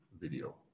video